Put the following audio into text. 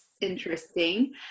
interesting